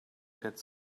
that